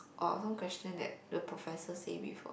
or some question that the professor say before